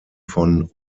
von